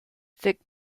thick